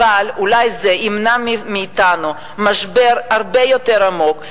אבל אולי זה ימנע מאתנו משבר הרבה יותר עמוק,